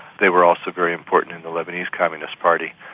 there are also very important in the lebanese communist party.